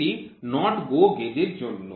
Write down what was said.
এটি NOT GO গেজের জন্য